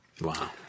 wow